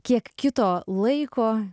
kiek kito laiko